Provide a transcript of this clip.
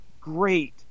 great